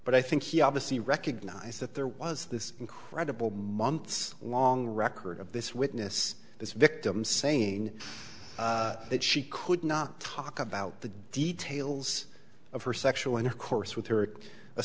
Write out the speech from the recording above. but i think he obviously recognized that there was this incredible months long record of this witness this victim saying that she could not talk about the details of her sexual intercourse with her